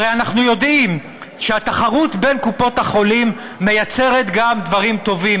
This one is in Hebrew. הרי אנחנו יודעים שהתחרות בין קופות החולים מייצרת גם דברים טובים,